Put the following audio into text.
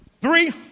Three